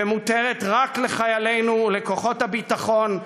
ומותרת רק לחיילינו ולכוחות הביטחון,